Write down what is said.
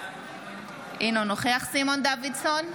אינו נוכח סימון דוידסון,